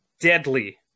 deadly